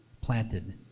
planted